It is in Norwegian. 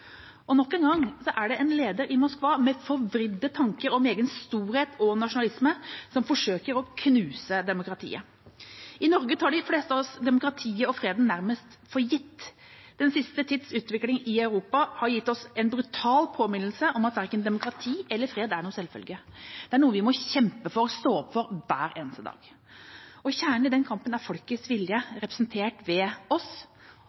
Nok en gang er det en leder i Moskva med forvridde tanker om egen storhet og nasjonalisme som forsøker å knuse demokratiet. I Norge tar de fleste av oss demokratiet og freden nærmest for gitt. Den siste tids utvikling i Europa har gitt oss en brutal påminnelse om at verken demokrati eller fred er noen selvfølge. Det er noe vi må kjempe for, stå opp for – hver eneste dag. Kjernen i den kampen er folkets vilje, representert ved oss,